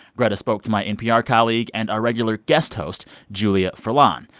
greta spoke to my npr colleague and our regular guest host, julia furlan.